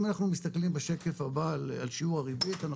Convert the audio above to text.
אם אנחנו מסתכלים בשקף הבא על שיעור הריבית אנחנו